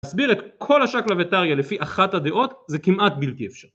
להסביר את כל השקלא וטריא לפי אחת הדעות זה כמעט בלתי אפשרי.